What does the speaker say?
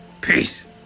Peace